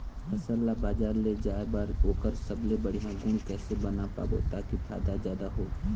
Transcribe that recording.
फसल ला बजार ले जाए बार ओकर सबले बढ़िया गुण कैसे बना पाबो ताकि फायदा जादा हो?